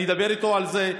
אני אדבר איתו על זה,